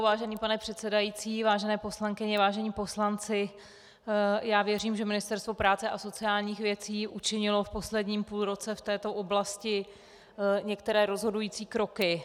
Vážený pane předsedající, vážené poslankyně, vážení poslanci, já věřím, že Ministerstvo práce a sociálních věcí učinilo v posledním půlroce v této oblasti některé rozhodující kroky.